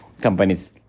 companies